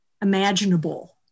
imaginable